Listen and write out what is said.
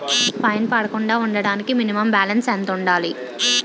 Fine పడకుండా ఉండటానికి minimum balance ఎంత ఉండాలి?